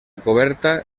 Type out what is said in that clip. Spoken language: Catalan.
coberta